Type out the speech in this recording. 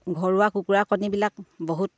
ঘৰুৱা কুকুৰা কণীবিলাক বহুত